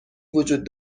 وجود